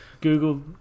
Google